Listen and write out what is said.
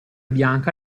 bianca